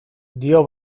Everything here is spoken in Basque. dio